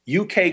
UK